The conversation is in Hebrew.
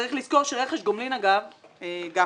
צריך לזכור שרכש גומלין, אגב, גפני,